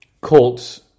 Colts